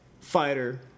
fighter